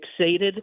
fixated